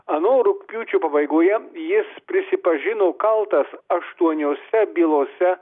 ano rugpjūčio pabaigoje jis prisipažino kaltas aštuoniose bylose